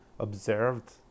observed